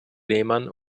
lehmann